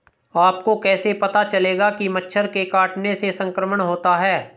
आपको कैसे पता चलेगा कि मच्छर के काटने से संक्रमण होता है?